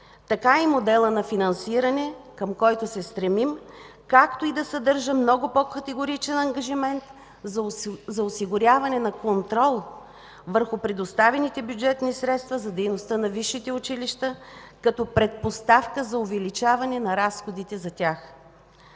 така и модела на финансиране, към който се стремим, както и да съдържа много по-категоричен ангажимент за осигуряване на контрол върху предоставените бюджетни средства за дейността на висшите училища, като предпоставка за увеличаване на разходите за тях.